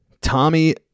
Tommy